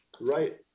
right